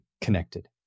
connected